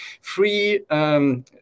free